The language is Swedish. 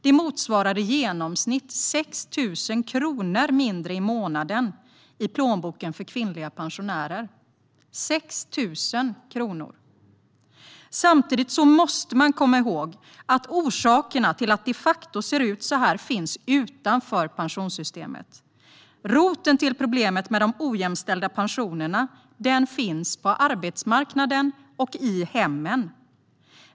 Det motsvarar i genomsnitt 6 000 kronor mindre i månaden i plånboken för kvinnliga pensionärer - 6 000 kronor. Samtidigt måste man komma ihåg att orsakerna till att det de facto ser ut så här finns utanför pensionssystemet. Roten till problemet med de ojämställda pensionerna finns på arbetsmarknaden och i hemmen.